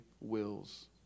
wills